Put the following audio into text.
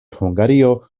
hungario